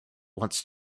once